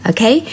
Okay